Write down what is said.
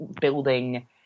building